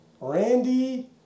Randy